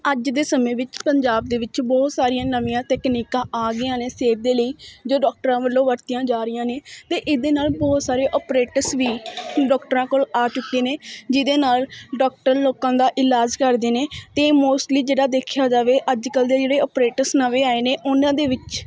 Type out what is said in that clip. ਅੱਜ ਦੇ ਸਮੇਂ ਵਿੱਚ ਪੰਜਾਬ ਦੇ ਵਿੱਚ ਬਹੁਤ ਸਾਰੀਆਂ ਨਵੀਆਂ ਤਕਨੀਕਾਂ ਆ ਗਈਆਂ ਨੇ ਸਿਹਤ ਦੇ ਲਈ ਜੋ ਡੋਕਟਰਾਂ ਵੱਲੋਂ ਵਰਤੀਆਂ ਜਾ ਰਹੀਆਂ ਨੇ ਅਤੇ ਇਸ ਦੇ ਨਾਲ਼ ਬਹੁਤ ਸਾਰੇ ਓਪਰੇਟਸ ਵੀ ਡੋਕਟਰਾਂ ਕੋਲ ਆ ਚੁੱਕੇ ਨੇ ਜਿਹਦੇ ਨਾਲ਼ ਡੋਕਟਰ ਲੋਕਾਂ ਦਾ ਇਲਾਜ ਕਰਦੇ ਨੇ ਅਤੇ ਮੌਸਟਲੀ ਜਿਹੜਾ ਦੇਖਿਆ ਜਾਵੇ ਅੱਜ ਕੱਲ੍ਹ ਦੇ ਜਿਹੜੇ ਓਪਰੇਟਸ ਨਵੇਂ ਆਏ ਨੇ ਉਹਨਾਂ ਦੇ ਵਿੱਚ